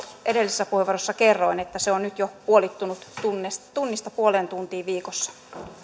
edellisessä puheenvuoroissa kerroin että se on nyt jo puolittunut tunnista tunnista puoleen tuntiin viikossa